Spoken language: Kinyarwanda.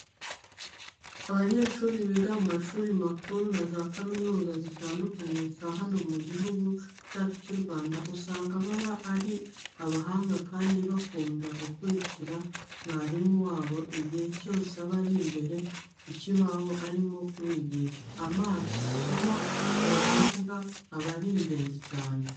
Abanyeshuri biga mu mashuri makuru na za kaminuza zitandukanye za hano mu gihugu cyacu cy'u Rwanda, usanga baba ari abahanga kandi bakunda gukurikira mwarimu wabo igihe cyose aba ari imbere ku kibaho arimo kubugisha. Amasomo bahabwa aba ari ingenzi cyane.